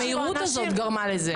זה מה שגרם, המהירות הזאת גרמה לזה.